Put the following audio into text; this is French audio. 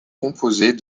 composées